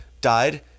died